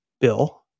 bill